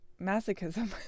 masochism